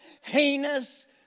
heinous